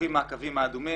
נמוכים מהקווים האדומים,